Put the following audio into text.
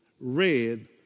read